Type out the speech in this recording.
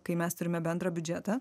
kai mes turime bendrą biudžetą